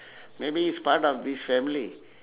maybe he's part of this family